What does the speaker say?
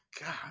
God